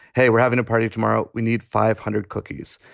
hey, we're having a party. tomorrow, we need five hundred cookies.